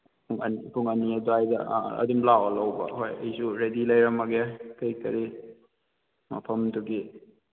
ꯄꯨꯡ ꯑꯅꯤ ꯄꯨꯡ ꯑꯅꯤ ꯑꯗ꯭ꯋꯥꯏꯗ ꯑꯗꯨꯝ ꯂꯥꯛꯑꯣ ꯂꯧꯕ ꯍꯣꯏ ꯑꯩꯁꯨ ꯔꯦꯗꯤ ꯂꯩꯔꯝꯃꯒꯦ ꯀꯔꯤ ꯀꯔꯤ ꯃꯐꯝꯗꯨꯒꯤ